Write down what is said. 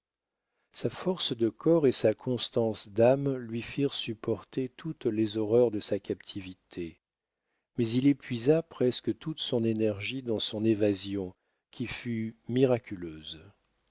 sa force de corps et sa constance d'âme lui firent supporter toutes les horreurs de sa captivité mais il épuisa presque toute son énergie dans son évasion qui fut miraculeuse